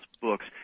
books